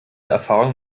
erfahrung